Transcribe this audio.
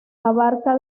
abarca